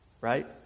Right